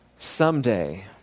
Someday